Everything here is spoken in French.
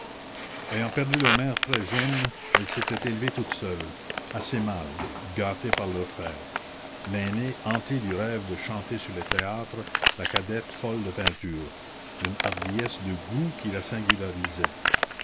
ayant perdu leur mère très jeunes elles s'étaient élevées toutes seules assez mal gâtées par leur père l'aînée hantée du rêve de chanter sur les théâtres la cadette folle de peinture d'une hardiesse de goût qui la singularisait